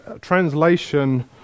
translation